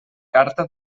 carta